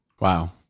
Wow